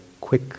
quick